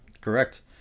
correct